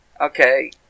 Okay